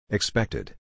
Expected